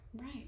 Right